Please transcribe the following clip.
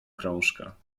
krążka